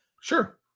Sure